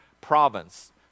province